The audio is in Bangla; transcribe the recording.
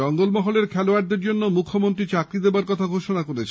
জঙ্গলমহলের খেলোয়াড়দের মুখ্যমন্ত্রী চাকরি দেওয়ার কথা ঘোষণা করেছেন